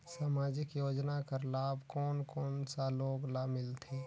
समाजिक योजना कर लाभ कोन कोन सा लोग ला मिलथे?